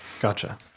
Gotcha